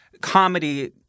comedy